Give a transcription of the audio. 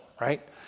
right